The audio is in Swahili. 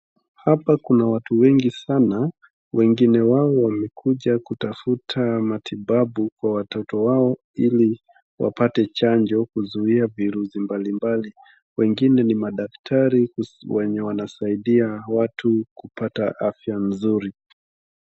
Hapa kuna watu wengi sana. Wengine wao wamekuja kutafuta matibabu kwa watoto wao ili wapate chanjo kuzuia virusi mbali mbali. Wengine ni madaktari wenye wanasaidia watu kupata afya mzuri.